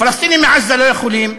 פלסטינים מעזה לא יכולים,